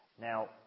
Now